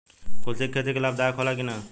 कुलथी के खेती लाभदायक होला कि न?